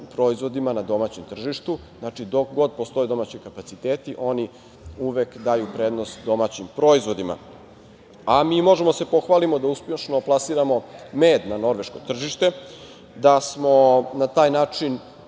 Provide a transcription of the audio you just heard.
na domaćem tržištu. Znači, dok god postoje domaći kapaciteti, oni uvek daju prednost domaćim proizvodima. Mi možemo da se pohvalimo da uspešno plasiramo med na norveško tržište i da smo na taj način